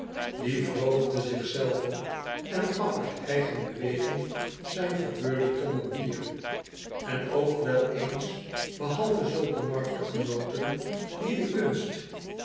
die wroogde zich zelven en gaf uit eigen beweging zijn verbeurde tonnen bier en ook wel eens behalve zulke markegenooten die de kunst